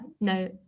no